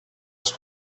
els